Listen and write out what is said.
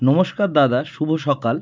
নমস্কার দাদা শুভ সকাল